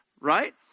Right